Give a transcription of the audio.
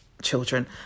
children